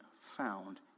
found